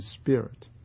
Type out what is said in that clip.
Spirit